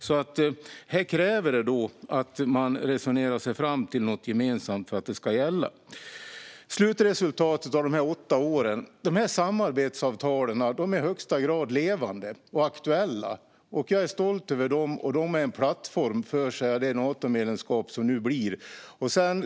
Det krävs att man resonerar sig fram till något gemensamt för att det ska gälla. När det gäller slutresultatet av de åtta åren är samarbetsavtalen i högsta grad levande och aktuella. Jag är stolt över dem. De är en plattform för det Natomedlemskap som nu blir av.